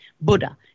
Buddha